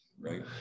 right